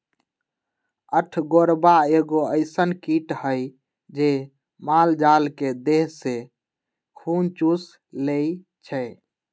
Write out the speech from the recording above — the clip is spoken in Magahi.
अठगोरबा एगो अइसन किट हइ जे माल जाल के देह से खुन चुस लेइ छइ